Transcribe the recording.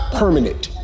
permanent